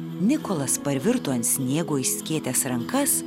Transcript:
nikolas parvirto ant sniego išskėtęs rankas